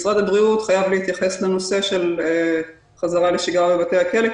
משרד הבריאות חייב להתייחס לנושא חזרה לשגרה בבתי הכלאה